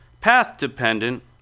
Path-dependent